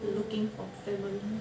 looking for family